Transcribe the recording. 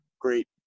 great